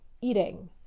eating